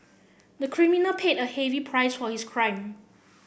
the criminal paid a heavy price for his crime